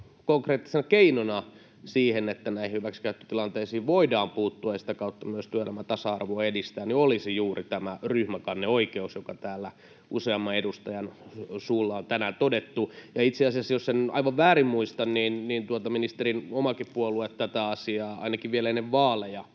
konkreettisena keinona siihen, että näihin hyväksikäyttötilanteisiin voidaan puuttua ja sitä kautta myös työelämän tasa-arvoa edistää, olisi juuri tämä ryhmäkanneoikeus, joka täällä useamman edustajan suulla on tänään todettu. Ja itse asiassa, jos en aivan väärin muista, ministerin omakin puolue tätä asiaa ainakin vielä ennen vaaleja